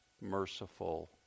merciful